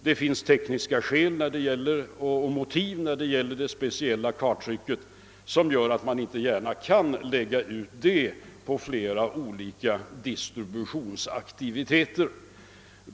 Det finns tekniska skäl och motiv när det gäller det speciella karttrycket, som gör att man inte gärna kan lägga ut detta på olika distributionsorgan.